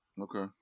Okay